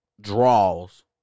draws